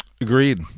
Agreed